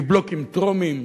מבלוקים טרומיים,